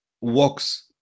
walks